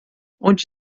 onde